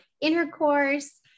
intercourse